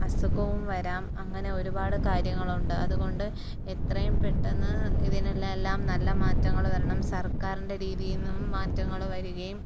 അസുഖവും വരാം അങ്ങനെ ഒരുപാട് കാര്യങ്ങളുണ്ട് അതുകൊണ്ട് എത്രയും പെട്ടെന്ന് ഇതിനെൽ എല്ലാം നല്ല മാറ്റങ്ങൾ വരണം സർക്കാരിൻ്റെ രീതിയിൽ നിന്നും മാറ്റങ്ങൾ വരികയും